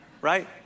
right